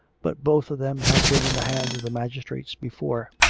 but both of them had been in the hands of the magistrates be fore.